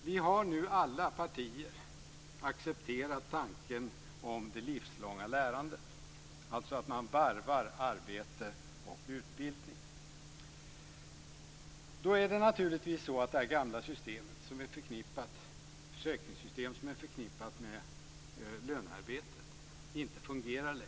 Vi har nu i alla partier accepterat tanken på det livslånga lärandet, alltså att man varvar arbete och utbildning. Det gamla försäkringssystemet, som är förknippat med lönearbetet, fungerar naturligtvis inte längre.